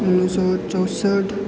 उ'न्नी सौ चौंठ